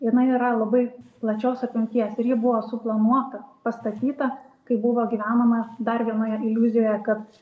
jinai yra labai plačios apimties ir ji buvo suplanuota pastatyta kaip buvo gyvenama dar vienoje iliuzijoje kad